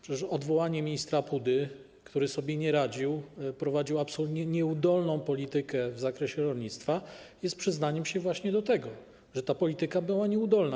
Przecież odwołanie ministra Pudy, który sobie nie radził, prowadził absolutnie nieudolną politykę w zakresie rolnictwa, jest przyznaniem się właśnie do tego, że ta polityka była nieudolna.